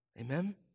Amen